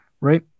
right